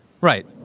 Right